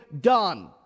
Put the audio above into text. Done